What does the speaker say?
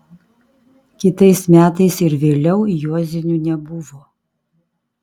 kitais metais ir vėliau juozinių nebuvo